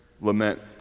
lament